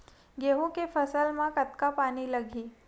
गेहूं के फसल म कतका पानी लगही?